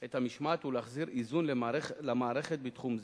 את המשמעת ולהחזיר איזון למערכת בתחום זה.